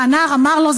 והנער אמר לו,